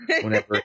whenever